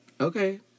Okay